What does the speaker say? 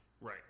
Right